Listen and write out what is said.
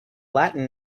latin